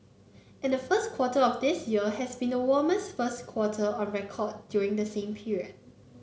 and the first quarter of this year has been the warmest first quarter on record during the same period